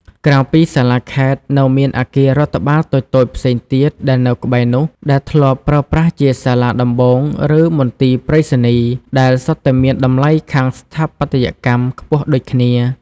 ក្រៅពីសាលាខេត្ត នៅមានអគាររដ្ឋបាលតូចៗផ្សេងទៀតដែលនៅក្បែរនោះ ដែលធ្លាប់ប្រើប្រាស់ជាសាលាដំបូង ឬមន្ទីរប្រៃសណីយ៍ ដែលសុទ្ធតែមានតម្លៃខាងស្ថាបត្យកម្មខ្ពស់ដូចគ្នា។